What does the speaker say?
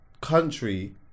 country